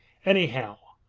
anyhow,